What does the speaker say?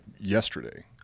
yesterday